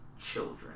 children